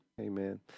Amen